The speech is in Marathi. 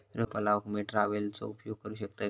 रोपा लाऊक मी ट्रावेलचो उपयोग करू शकतय काय?